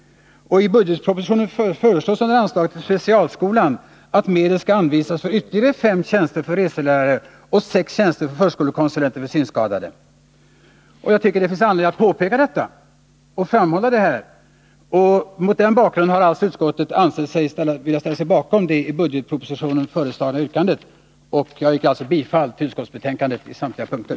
I budgetpropositionen föreslås under anslaget till specialskolan att medel skall anvisas för ytterligare fem tjänster för reselärare och sex tjänster för förskolekonsulenter för synskadade.” Det finns anledning att framhålla detta. Mot denna bakgrund har utskottet velat ställa sig bakom det i budgetpropositionen framförda yrkandet. Jag yrkar bifall till utskottets hemställan på samtliga punkter.